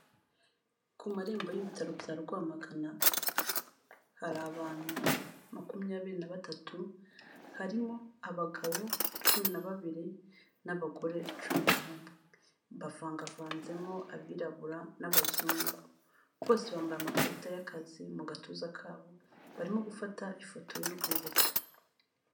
Ku marembo y'ibitaro bya Rwamagana, hari abantu makumyabiri na batatu, harimo abagabo cumi na babiri n'abagore cumi n'umwe, bavangavanzemo abirabura n'abazungu. Bose bambaye amakarita y'akazi mu gatuza kabo, barimo gufata ifoto y'urwibutso.